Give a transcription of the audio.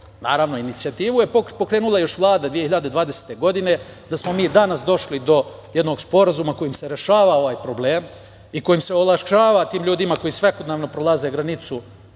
naravno, inicijativu je pokrenula još Vlada 2020. godine da smo mi danas došli do jednog Sporazuma kojim se rešava ovaj problem i kojim se olakšava tim ljudima koji svakodnevno prelaze granicu